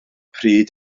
pryd